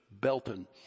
Belton